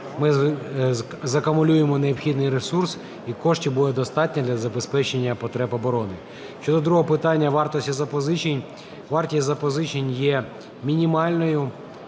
Ми закумулюємо необхідний ресурс і коштів буде достатньо для забезпечення потреб оборони. Щодо другого питання вартості запозичень. Вартість запозичень є мінімальною